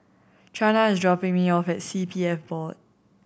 Chana is dropping me off at C P F Board